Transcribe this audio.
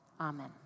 Amen